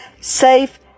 safe